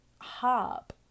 hop